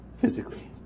physically